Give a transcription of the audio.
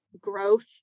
growth